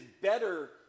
better